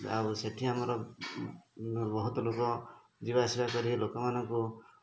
ଆଉ ସେଠି ଆମର ବହୁତ ଲୋକ ଯିବା ଆସିବା କରି ଲୋକମାନଙ୍କୁ